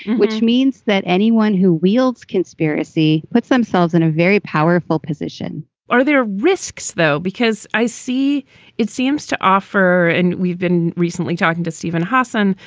which means that anyone who wields conspiracy puts themselves in a very powerful position are there ah risks, though? because i see it seems to offer and we've been recently talking to steven hossen,